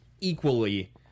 equally